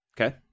okay